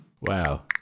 Wow